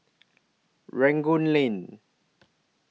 Rangoon Lane